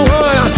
one